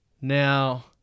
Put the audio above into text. Now